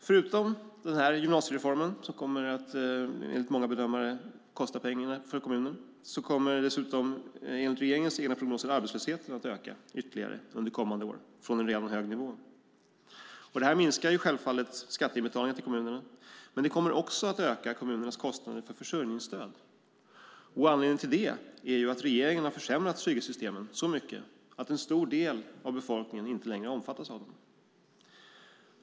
Förutom att gymnasiereformen enligt många bedömare kommer att kosta pengar för kommunerna kommer enligt regeringens egna prognoser arbetslösheten att öka ytterligare under kommande år från en redan hög nivå. Detta minskar självfallet skatteinbetalningarna till kommunerna. Men det kommer också att öka kommunernas kostnader för försörjningsstöd. Anledningen till det är att regeringen har försämrat trygghetssystemen, så att en stor del av befolkningen inte längre omfattas av dem.